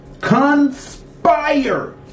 Conspire